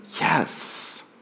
Yes